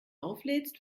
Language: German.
auflädst